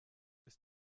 ist